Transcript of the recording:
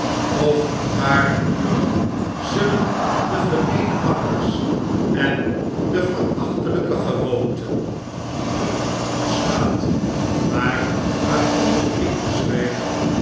over een paar uren zullen de gemeene makkers en de verin londen en paeijs achtelpe gewoonten die ik versmaad maar waaronder ik bezwjjk